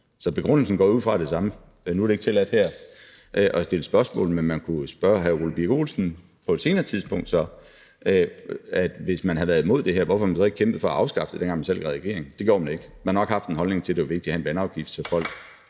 Så begrundelsen går jeg ud fra er den samme. Nu er det ikke tilladt her at stille spørgsmål, men man kunne jo så spørge hr. Ole Birk Olesen på et senere tidspunkt: Hvis man var imod det her, hvorfor har man så ikke kæmpet for at afskaffe det, dengang man selv sad i regering? Det gjorde man ikke. Man har nok haft den holdning, at det var vigtigt at have en vandafgift, så folks